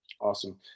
Awesome